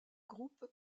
groupe